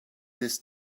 this